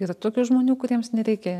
yra tokių žmonių kuriems nereikia